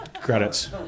credits